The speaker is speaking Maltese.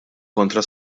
kontra